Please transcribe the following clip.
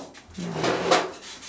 ya